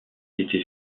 était